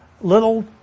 Little